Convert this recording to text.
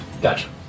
Gotcha